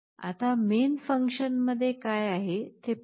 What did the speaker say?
आता मेन फंक्शनमध्ये काय आहे ते पाहू